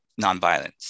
nonviolence